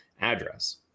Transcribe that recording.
address